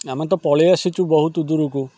ଆମେ ତ ପଳାଇଆସିଛୁ ବହୁତ ଦୂରକୁ